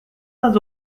pas